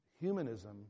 Humanism